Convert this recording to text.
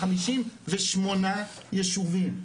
58 ישובים,